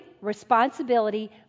responsibility